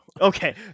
okay